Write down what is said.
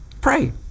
Pray